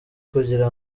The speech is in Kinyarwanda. kugira